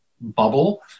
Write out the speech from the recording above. bubble